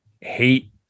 hate